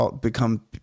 become –